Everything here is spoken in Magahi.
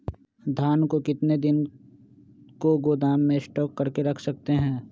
धान को कितने दिन को गोदाम में स्टॉक करके रख सकते हैँ?